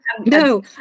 No